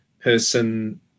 Person